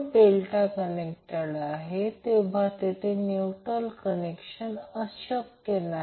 तर a n b n c n ज्याला आपण फेज व्होल्टेज म्हणतो